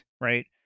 right